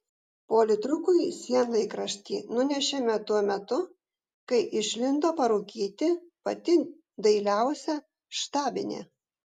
politrukui sienlaikraštį nunešėme tuo metu kai išlindo parūkyti pati dailiausia štabinė